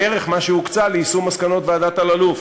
בערך מה שהוקצה ליישום מסקנות ועדת אלאלוף.